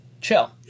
chill